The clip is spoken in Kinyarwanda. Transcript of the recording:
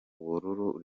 ubururu